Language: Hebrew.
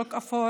משוק האפור,